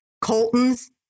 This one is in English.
Colton's